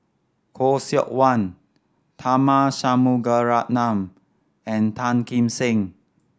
Khoo Seok Wan Tharman Shanmugaratnam and Tan Kim Seng